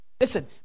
Listen